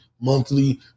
monthly